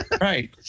Right